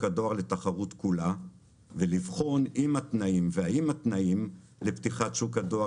הדואר לתחרות כולה ולבחון אם התנאים והאם התנאים לפתיחת שוק הדואר